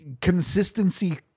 consistency